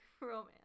romance